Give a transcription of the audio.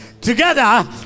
together